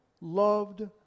loved